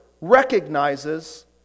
recognizes